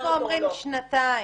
אם אנחנו אומרים שנתיים,